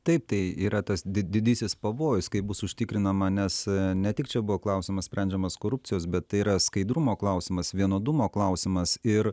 taip tai yra tas di didysis pavojus kaip bus užtikrinama nes ne tik čia buvo klausimas sprendžiamas korupcijos bet tai yra skaidrumo klausimas vienodumo klausimas ir